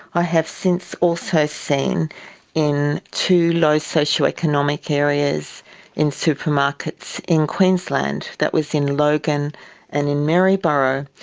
i have since also seen in two low socioeconomic areas in supermarkets in queensland, that was in logan and in maryborough.